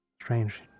Strange